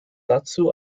dazu